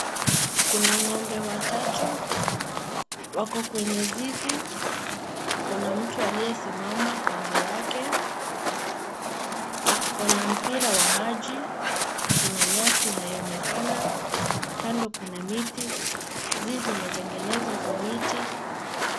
Kuna ngombe watatu, wako kwenye zizi. Kuna mtu aliyesimama kando yake, ako na mpira wa maji. Kuna nyasi inayoonekana. Kando yake kuna miti. Zizi imetengenezwa kwa miti.